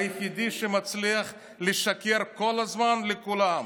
היחידי שמצליח לשקר כל הזמן לכולם.